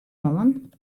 moarn